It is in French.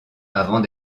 avant